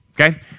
okay